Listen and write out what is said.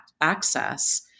access